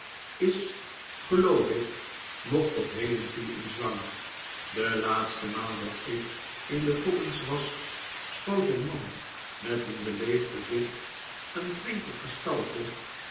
is geloof ik nog tot heden toe in zwang de laatste maal dat ik in de commons was schoot een man met een beleefd gezicht een flinke gestalte